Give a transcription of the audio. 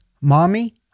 Mommy